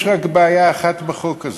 יש רק בעיה אחת בחוק הזה: